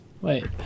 Wait